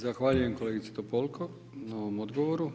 Zahvaljujem kolegici Topolko na ovom odgovoru.